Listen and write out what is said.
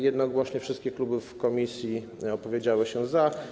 Jednogłośnie wszystkie kluby w komisji opowiedziały się za.